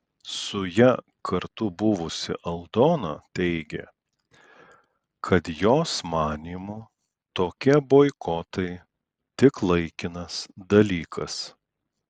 su ja kartu buvusi aldona teigė kad jos manymu tokie boikotai tik laikinas dalykas